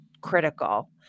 critical